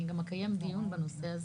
גם אקיים דיון בנושא הזה,